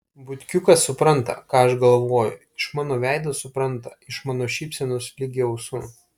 butkiukas supranta ką aš galvoju iš mano veido supranta iš mano šypsenos ligi ausų